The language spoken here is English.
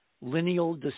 lineal